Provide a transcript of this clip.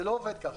זה לא עובד ככה.